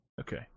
okay